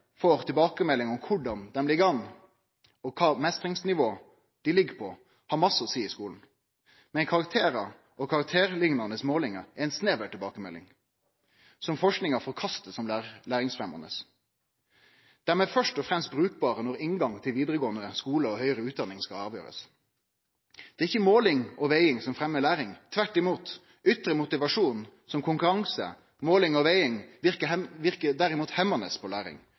får tilbakemelding om korleis han ligg an og kva mestringsnivå han ligg på, har masse å seie i skulen, men karakterar og karakterliknande målingar er ei snever tilbakemelding som forskinga forkastar som læringsfremmande. Dei er først og fremst brukbare når inngang til vidaregåande skuler og utdanning skal avgjerast. Det er ikkje måling og veging som fremmar læring, tvert imot ytre motivasjon som konkurranse. Måling og veging verker derimot hemmande på læring,